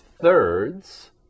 thirds